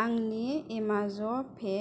आंनि Amazon Pay